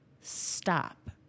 stop